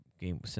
game